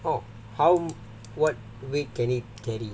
oh how what weight can it carry